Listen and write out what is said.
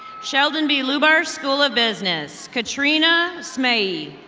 sheldon b. lubar school of business. katrina smay.